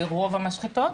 ברוב המשחטות,